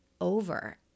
over